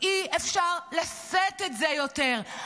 אי-אפשר לשאת את זה יותר.